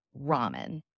ramen